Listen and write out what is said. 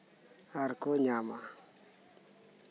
ᱟᱨᱠᱚ ᱧᱟᱢᱟ